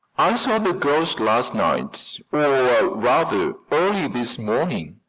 i saw the ghost last night or rather, early this morning.